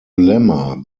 lemma